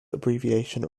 abbreviation